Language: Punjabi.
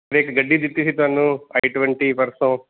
ਇੱਕ ਗੱਡੀ ਦਿੱਤੀ ਸੀ ਤੁਹਾਨੂੰ ਆਈ ਟਵੈਂਟੀ ਪਰਸੋਂ